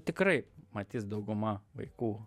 tikrai matys dauguma vaikų